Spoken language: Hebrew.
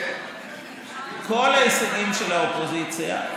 כל ההישגים של האופוזיציה,